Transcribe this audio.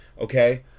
okay